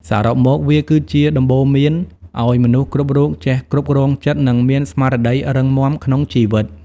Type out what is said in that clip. សរុបមក វាគឺជាដំបូន្មានឱ្យមនុស្សគ្រប់រូបចេះគ្រប់គ្រងចិត្ត និងមានស្មារតីរឹងមាំក្នុងជីវិត។